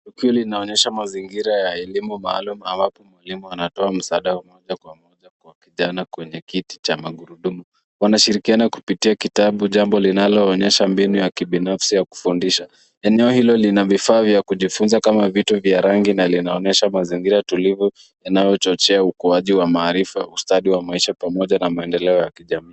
Tukio hili linaonyesha mazingira ya elimu maalumu ambapo mwalimu anatoa msaada moja kwa moja kwa kijana kwenye kiti cha magurudumu. Wanashirikiana kupitia kitabu jambo linaloonyesha mbinu ya kibinafsi ya kufundisha. Eneo hilo lina vifaa vya kijifunza kama vitu vya rangi na linaonyesha mazingira tulivu yanayochochea ukuaji wa maarifa, ustadi wa maisha pamoja na maendeleo ya kijamii.